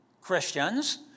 Christians